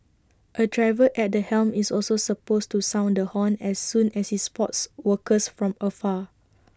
A driver at the helm is also supposed to sound the horn as soon as he spots workers from afar